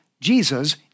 Jesus